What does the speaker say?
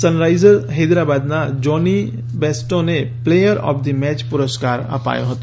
Sunrisers હૈદરાબાદનાં Jonny બેસસ્ટોને player of the match પુરસ્કાર અપાયો હતો